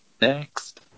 Next